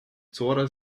zora